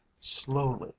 slowly